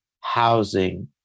housing